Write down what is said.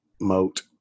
moat